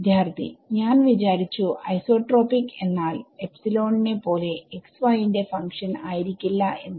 വിദ്യാർത്ഥി ഞാൻ വിചാരിച്ചു ഐസോട്രോപിക് എന്നാൽ നെ പോലെ xy ന്റെ ഫങ്ക്ഷൻ ആയിരിക്കില്ല എന്ന്